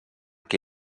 que